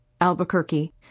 Albuquerque